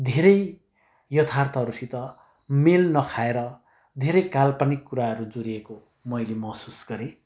धेरै यथार्थहरूसित मेल नखाएर धेरै काल्पनिक कुराहरू जोडिएको मैले महसुस गरेँ